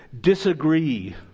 disagree